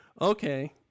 okay